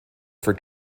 for